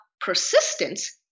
persistence